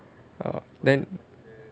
err then